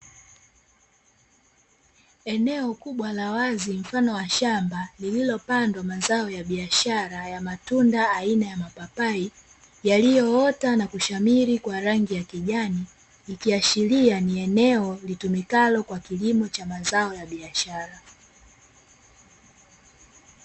Eneo kubwa la wazi mfano wa shamba, lililo pandwa mazao ya biashara ya matunda aina ya mapapai, yaliyoota na kushamiri kwa rangi ya kijani. Ikiashiria ni eneo litumikalo kwa kilimo cha mazao ya biashara.